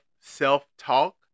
self-talk